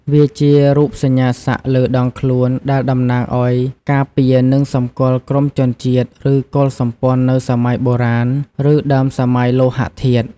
វាជារូបសញ្ញាសាក់លើដងខ្លួន ដែលតំណាងឱ្យការពារនិងសម្គាល់ក្រុមជនជាតិ ឬកុលសម្ព័ន្ធនៅសម័យបុរាណ ឬដើមសម័យលោហធាតុ។